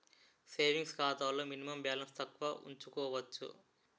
savings ఖాతాలో minimum balance తక్కువ ఉంచుకోవచ్చు